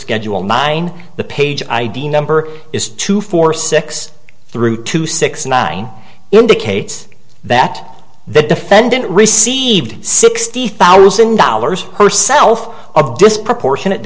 schedule mine the page id number is two four six thru two six nine indicates that the defendant received sixty thousand dollars herself of disproportionate